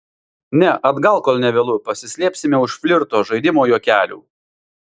ne atgal kol nė vėlu pasislėpsime už flirto žaidimo juokelių